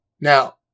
Now